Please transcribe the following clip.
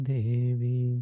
Devi